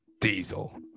Diesel